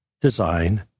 design